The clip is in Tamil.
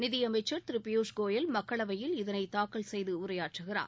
நிதியமைச்சர் திரு பியூஸ் கோயல் மக்களவையில் இதனை தாக்கல் செய்து உரையாற்றுகிறார்